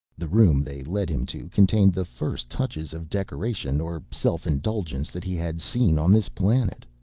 the room they led him to contained the first touches of decoration or self-indulgence that he had seen on this planet.